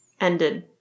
ended